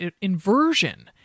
inversion